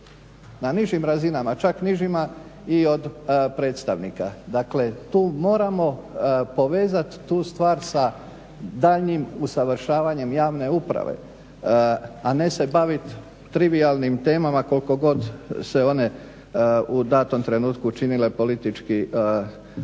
na nižim razinama, čak nižima i od predstavnika. Dakle tu moramo povezat tu stvar sa daljnjim usavršavanjem javne uprave, a ne se baviti trivijalnim temama koliko god se one u datom trenutku činile politički